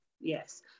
Yes